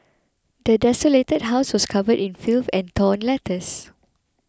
the desolated house was covered in filth and torn letters